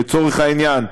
לצורך העניין,